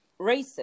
racist